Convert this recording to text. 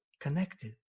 connected